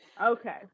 Okay